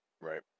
right